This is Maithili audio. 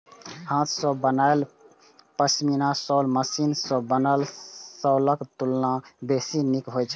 हाथ सं बनायल पश्मीना शॉल मशीन सं बनल शॉलक तुलना बेसी नीक होइ छै